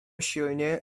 silnie